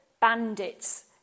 bandits